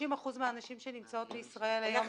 30% מהנשים שנמצאות בישראל היום --- אנחנו